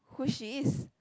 who she is